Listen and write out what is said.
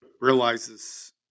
realizes –